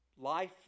life